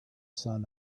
sun